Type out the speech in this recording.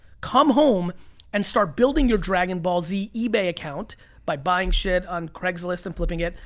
come home and start building your dragon ball z ebay account by buying shit on craigslist and flipping it,